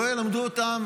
לא ילמדו אותם